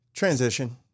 Transition